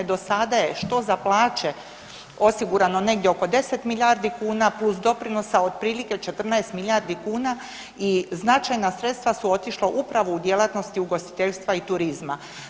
Do sada je što za plaće osigurano negdje oko 10 milijardi kuna plus doprinosa otprilike 14 milijardi kuna i značajna sredstava su otišla upravo u djelatnosti ugostiteljstva i turizma.